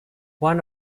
one